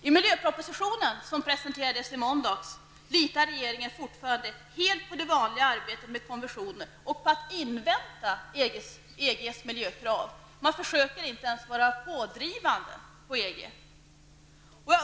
I miljöpropositionen, som presenterades i måndags, litar regeringen fortfarande helt på det vanliga arbetet med konventioner och på att invänta EGs miljökrav. Man försöker inte ens att vara pådrivande på EG.